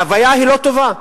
ההוויה היא לא טובה.